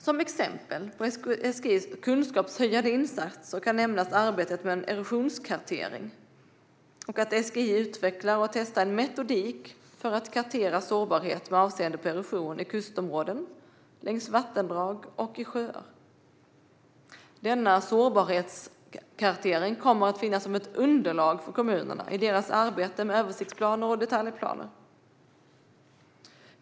Som exempel på SGI:s kunskapshöjande insatser kan nämnas arbetet med erosionskartering och att SGI utvecklar och testar en metodik för att kartera sårbarheten med avseende på erosion i kustområden, längs vattendrag och i sjöar. Denna sårbarhetskartering kommer att finnas som underlag för kommunerna i deras arbete med översiktsplaner och detaljplaner.